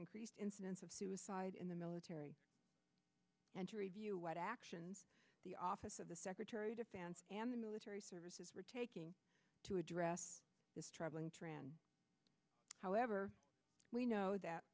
increased incidence of suicide in the military and to review what actions the office of the secretary defense and the military services were taking to address this troubling trend however we know that